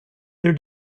their